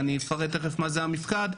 ואני אפרט תכף מה זה המפקד,